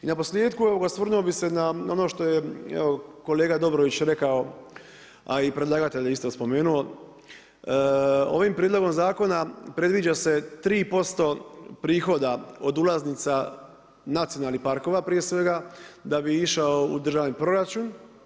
I na posljetku evo osvrnuo bih se na ono što je kolega Dobrović rekao a i predlagatelj je isto spomenuo, ovim prijedlogom zakona predviđa se 3% prihoda od ulaznica nacionalnih parkova prije svega da bi išao u državni proračun.